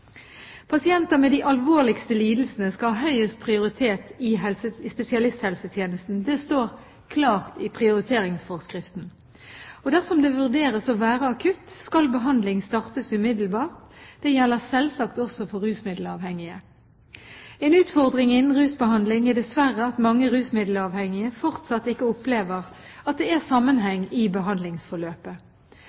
Pasienter med de alvorligste lidelsene skal ha høyest prioritet i spesialisthelsetjenesten – det står klart i prioriteringsforskriften. Dersom det vurderes å være akutt, skal behandling startes umiddelbart. Det gjelder selvsagt også for rusmiddelavhengige. En utfordring innen rusbehandling er dessverre at mange rusmiddelavhengige fortsatt ikke opplever at det er sammenheng i behandlingsforløpet.